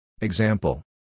Example